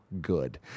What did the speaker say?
good